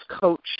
coach